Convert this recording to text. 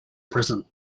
prison